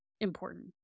important